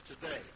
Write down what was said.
today